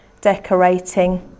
decorating